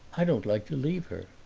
i don't like to leave her.